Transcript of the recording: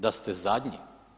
Da ste zadnji?